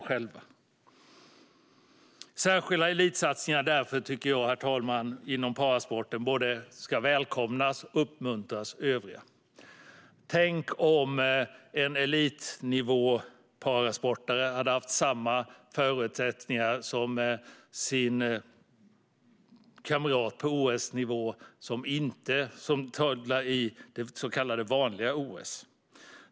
Särskilda elitsatsningar inom parasporten, herr talman, tycker jag därför ska både välkomnas och uppmuntras av övriga. Tänk om en parasportare på elitnivå hade haft samma förutsättningar som sin kamrat på OS-nivå som tävlar i det så kallade vanliga OS.